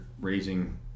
raising